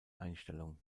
einstellung